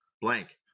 blank